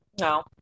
No